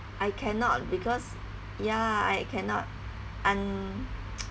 I cannot because ya I cannot unless